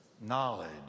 knowledge